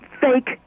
fake